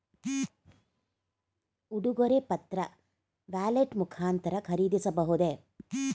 ಉಡುಗೊರೆ ಪತ್ರ ವ್ಯಾಲೆಟ್ ಮುಖಾಂತರ ಖರೀದಿಸಬಹುದೇ?